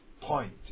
point